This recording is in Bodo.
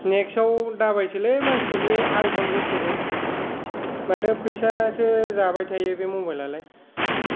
नेक्साव दाबायसैलै मानसिफोर बे आयफन बुस्थुखौ माथो फैसासो जाबाय थायो बे मबाइला लाय